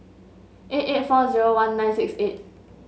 eight eight four zero one nine six eight